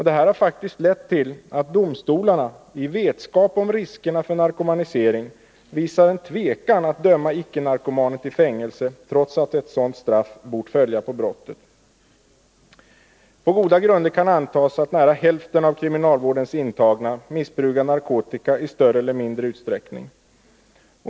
Detta har faktiskt lett till att domstolarna, i vetskap om riskerna för narkomanisering, visar tvekan att döma icke-narkomaner till fängelse, trots att ett sådant straff hade bort följa på brottet. På goda grunder kan antas att nära hälften av kriminalvårdens intagna missbrukar narkotika i större eller mindre utsträckning.